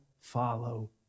follow